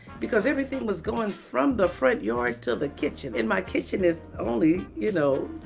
because everything was going from the front yard to the kitchen. and my kitchen is only, you know,